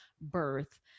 birth